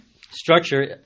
structure